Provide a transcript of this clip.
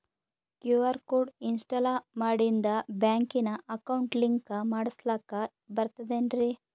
QR code install ಮಾಡಿಂದ ಬ್ಯಾಂಕಿನ account link ಮಾಡಸ್ಲಾಕ ಬರ್ತದೇನ್ರಿ